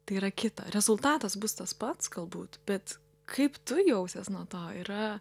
tai yra kita rezultatas bus tas pats galbūt bet kaip tu jausies nuo to yra